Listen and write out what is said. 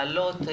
להעלות,